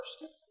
first